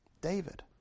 David